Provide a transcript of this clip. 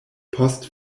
post